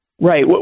Right